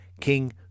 King